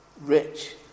rich